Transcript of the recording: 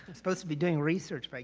supposed to be doing research but